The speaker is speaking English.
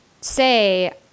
say